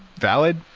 valid?